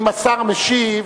אם השר משיב,